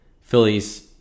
Phillies